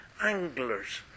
anglers